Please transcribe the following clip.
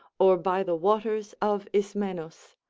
or by the waters of ismenus,